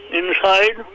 inside